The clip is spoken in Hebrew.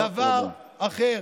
לא שום דבר אחר.